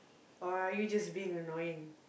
or are you just being annoying